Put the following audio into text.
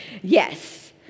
yes